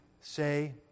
say